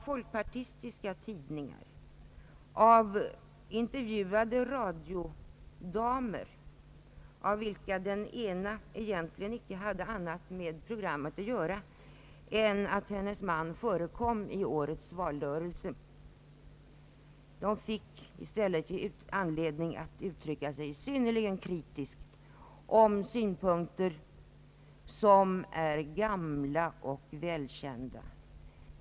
Folkpartistiska tidningar och intervjuande radiodamer, av vilka den ena egentligen inte hade annat med programmet att göra än att hennes man förekom i årets valrörelse, fick anledning uttrycka sig synnerligen kritiskt om synpunkter som är gamla och välkända.